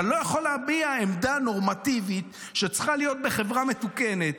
אתה לא יכול להביע עמדה נורמטיבית שצריכה להיות בחברה מתוקנת,